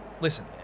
listen